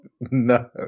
No